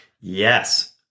Yes